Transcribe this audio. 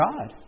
God